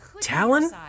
Talon